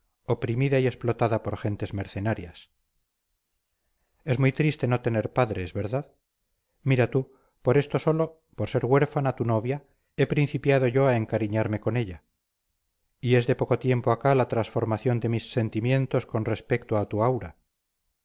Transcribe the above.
oprimida y explotada por gentes mercenarias es muy triste no tener padres verdad mira tú por esto sólo por ser huérfana tu novia he principiado yo a encariñarme con ella y es de poco tiempo acá la transformación de mis sentimientos con respecto a tu aura